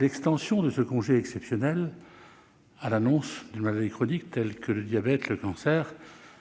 L'extension de ce congé exceptionnel à l'annonce d'une maladie chronique telle que le diabète ou d'un cancer